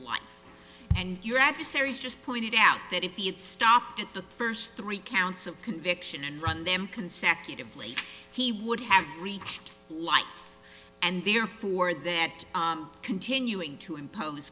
light and your adversaries just pointed out that if he had stopped at the first three counts of conviction and run them consecutively he would have reached like and therefore that continuing to impose